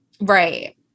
Right